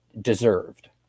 deserved